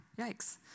Yikes